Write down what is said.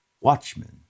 Watchmen